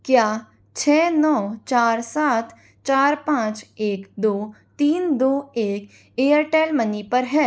क्या छः नौ चार सात चार पाँच एक दो तीन दो एक एयरटेल मनी पर है